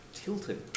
tilted